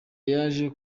yaje